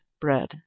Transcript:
Bread